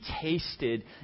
tasted